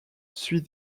suit